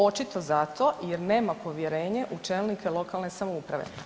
Očito zato jer nema povjerenje u čelnike lokalne samouprave.